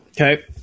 Okay